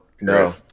no